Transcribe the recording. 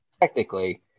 technically